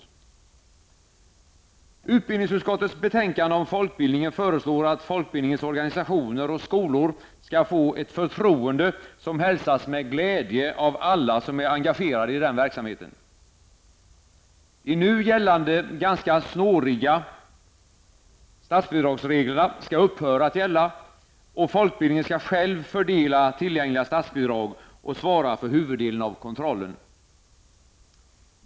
I utbildningsutskottets betänkande om folkbildningen föreslås att folkbildningens organisationer och skolor skall få ett förtroende, något som hälsas med glädje av alla som är engagerade i den verksamheten. De nu gällande ganska snåriga statsbidragsreglerna skall upphöra att gälla, och folkbildningen skall själv fördela tillgängliga statsbidrag och svara för huvuddelen av kontrollen.